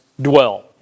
dwell